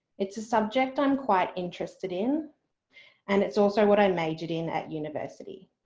it's a subject i'm quite interested in and it's also what i majored in at university.